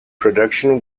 production